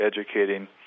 educating